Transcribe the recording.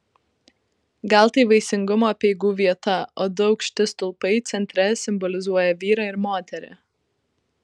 gal tai vaisingumo apeigų vieta o du aukšti stulpai centre simbolizuoja vyrą ir moterį